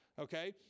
Okay